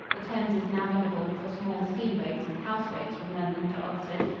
the thames is navigable for small steamboats and houseboats from london to oxford,